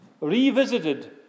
Revisited